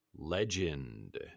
Legend